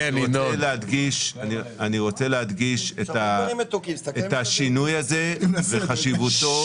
אני רוצה להדגיש את השינוי הזה ואת חשיבותו,